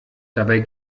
dabei